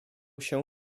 się